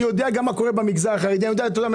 אני יודע גם מה קורה במגזר החרדי ואני יודע מה קורה